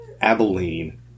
Abilene